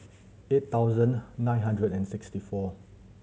eight thousand nine hundred and sixty four